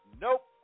Nope